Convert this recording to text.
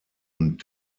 und